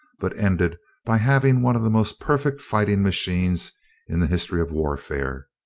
but ended by having one of the most perfect fighting machines in the history of warfare.